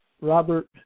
Robert